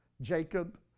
Jacob